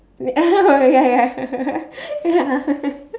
ya ya ya